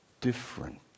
different